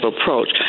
approach